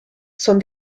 son